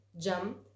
jump